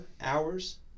hours